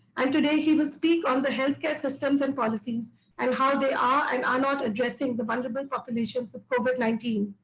and today he will speak on the health care systems and policies and how they are and are not addressing the vulnerable populations of covid nineteen.